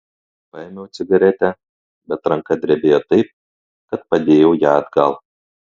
paėmiau cigaretę bet ranka drebėjo taip kad padėjau ją atgal